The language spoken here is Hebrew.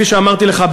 כפי שאמרתי לך,